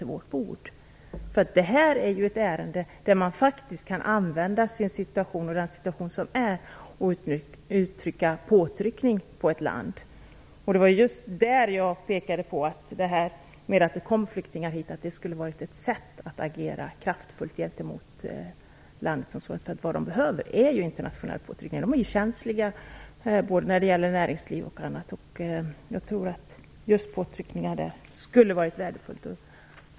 I detta fall kan man ju faktiskt använda den rådande situationen för att utöva påtryckning på ett land. Jag påpekade också att det faktum att det kom flyktingar till vårt land skulle kunna initiera ett kraftfullt agerande mot landet. De behöver internationella påtryckningar; de är känsliga både när det gäller näringsliv och annat. Jag tror därför att påtryckningar skulle vara något värdefullt.